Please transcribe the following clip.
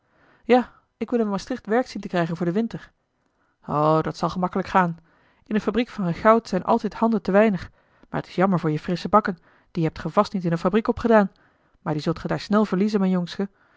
ja ik wil in maastricht werk zien te krijgen voor den winter o dat zal gemakkelijk gaan in de fabriek van regout zijn altijd handen te weinig maar t is jammer voor je frissche bakken die hebt ge vast niet in eene fabriek opgedaan maar die zult ge daar snel verliezen mijn jongske